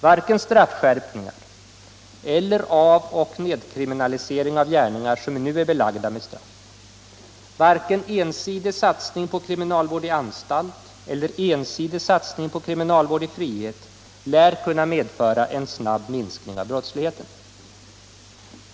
Varken straffskärpningar eller av och nedkriminalisering av gärningar som nu är belagda med straff, varken ensidig satsning på kriminalvård i anstalt eller ensidig satsning på kriminalvård i frihet lär kunna medföra en snabb minskning av brottsligheten.